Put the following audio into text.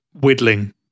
whittling